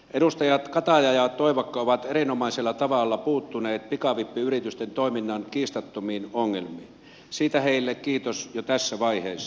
edustajat kataja ja toivakka ovat erinomaisella tavalla puuttuneet pikavippiyritysten toiminnan kiistattomiin ongelmiin siitä heille kiitos jo tässä vaiheessa